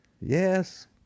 Yes